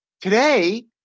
Today